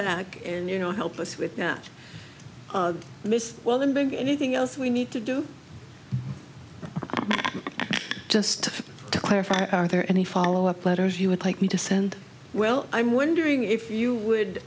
back and you know help us with that well then bring anything else we need to do just to clarify are there any follow up letters you would like me to send well i'm wondering if you would